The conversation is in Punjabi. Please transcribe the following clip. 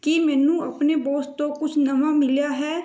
ਕੀ ਮੈਨੂੰ ਆਪਣੇ ਬੌਸ ਤੋਂ ਕੁਛ ਨਵਾਂ ਮਿਲਿਆ ਹੈ